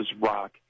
rock